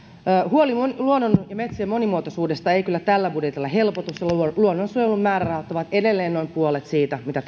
huoli luonnon ja metsien monimuotoisuudesta ei kyllä tällä budjetilla helpotu luonnonsuojelun määrärahat ovat edelleen noin puolet siitä mitä